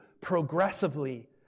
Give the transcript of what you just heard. progressively